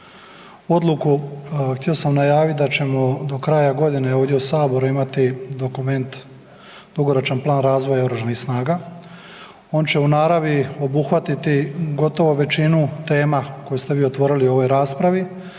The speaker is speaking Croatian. odluku, htio sam najavit da ćemo do kraja godine ovdje u saboru imati dokument „Dugoročan plan razvoja oružanih snaga“, on će u naravi obuhvatiti gotovo većinu tema koju ste vi otvorili u ovoj raspravi,